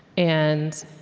and